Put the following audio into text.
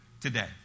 today